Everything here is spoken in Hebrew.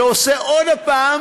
ועושה עוד פעם